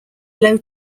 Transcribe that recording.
low